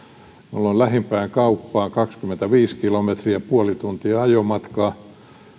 minulla on lähimpään kauppaan kaksikymmentäviisi kilometriä puoli tuntia ajomatkaa